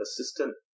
assistant